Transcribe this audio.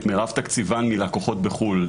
את מרב תקציבן מלקוחות בחו"ל.